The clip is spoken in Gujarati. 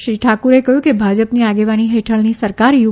શ્રી ઠાકુરે કહ્યું કે ભાજપની આગેવાની હેઠળની સરકાર યુ